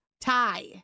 tie